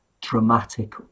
dramatic